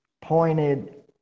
pointed